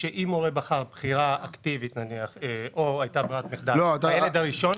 שאם הורה בחר בחירה אקטיבית נניח או הייתה ברירת מחדל בילד הראשון,